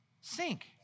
Sink